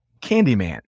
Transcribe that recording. Candyman